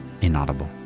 inaudible